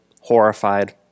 horrified